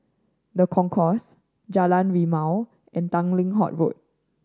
The Concourse Jalan Rimau and Tanglin Halt Road